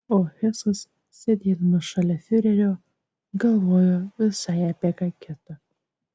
o hesas sėdėdamas šalia fiurerio galvojo visai apie ką kitą